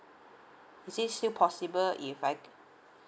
is it still possible if I